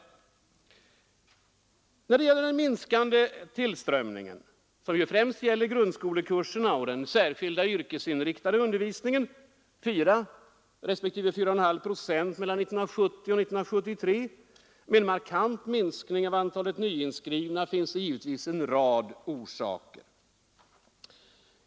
Till den minskade tillströmningen, som främst gäller grundskolekurserna och den särskilda yrkesinriktade undervisningen — en minskning med 4 respektive 4,5 procent från år 1970 till 1973, med en markant minskning av antalet nyinskrivna — finns givetvis en rad orsaker.